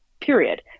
Period